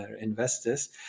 investors